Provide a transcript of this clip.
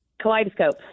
Kaleidoscope